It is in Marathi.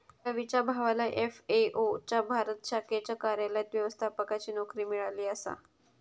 रवीच्या भावाला एफ.ए.ओ च्या भारत शाखेच्या कार्यालयात व्यवस्थापकाची नोकरी मिळाली आसा